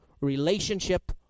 relationship